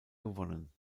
gewonnen